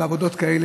בעבודות כאלה,